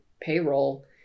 payroll